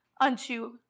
unto